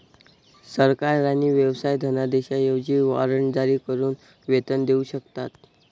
सरकार आणि व्यवसाय धनादेशांऐवजी वॉरंट जारी करून वेतन देऊ शकतात